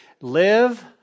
Live